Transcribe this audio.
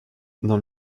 dans